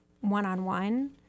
one-on-one